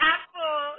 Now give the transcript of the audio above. Apple